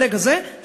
ברגע זה,